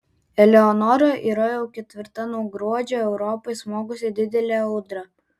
eleonora yra jau ketvirta nuo gruodžio europai smogusi didelė audra